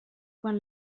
quan